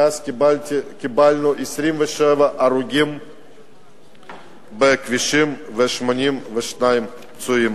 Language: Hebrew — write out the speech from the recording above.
מאז קיבלנו 27 הרוגים בכבישים ו-82 פצועים.